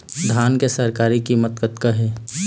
धान के सरकारी कीमत कतका हे?